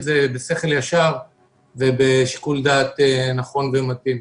זה בשכל ישר ובשיקול דעת נכון ומתאים.